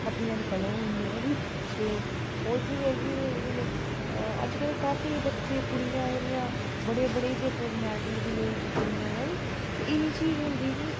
अपनी ऐनी ते ओह् चीज ऐ कि हून अज्जकल काफी बच्चे कुड़ियां इन्नियां बड़े बड़े मैडल बी लेई चुकी दियां ऐनी ते एह् चीज होंदी कि